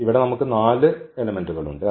ഇവിടെ നമുക്ക് 4 ഘടകങ്ങളുണ്ട്